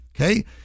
Okay